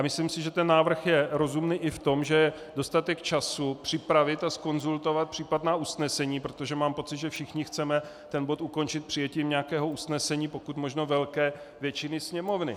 Myslím si, že ten návrh je rozumný i v tom, že je dostatek času připravit a zkonzultovat případná usnesení, protože mám pocit, že všichni chceme ten bod ukončit přijetím nějakého usnesení, pokud možno velké většiny Sněmovny.